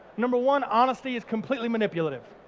number one, honesty is completely manipulative.